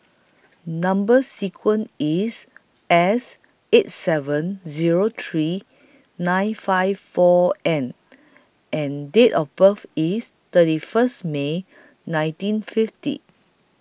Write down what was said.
Number sequence IS S eight seven Zero three nine five four N and Date of birth IS thirty First May nineteen fifty